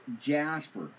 jasper